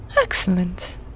Excellent